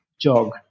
jog